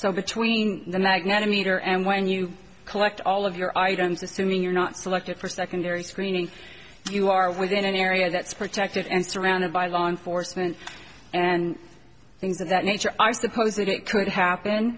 so between the magnetic meter and when you collect all of your items assuming you're not selected for secondary screening you are within an area that's protected and surrounded by law enforcement and things of that nature i suppose it could happen